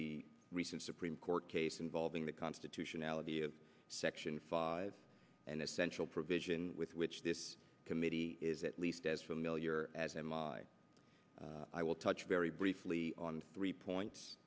the recent supreme court case involving the constitutionality of section five and essential provision with which this committee is at least as familiar as and why i will touch very briefly on three points